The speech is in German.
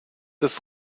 des